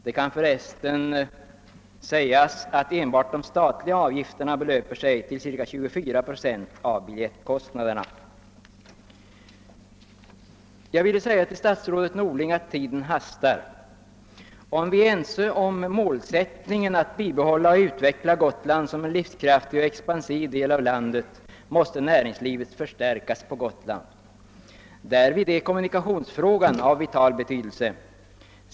Det kan för övrigt framhållas att enbart de statliga avgifterna belöper sig till cirka 24 procent av biljettkostnaderna. Tiden hastar, statsrådet Norling. Om vi är ense om målsättningen att Gotland skall bli en livskraftig och expansiv del av landet måste näringslivet där förstärkas. Därvid är kommunikationsfrågan av vital betydelse.